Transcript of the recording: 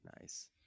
nice